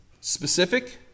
specific